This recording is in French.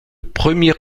premier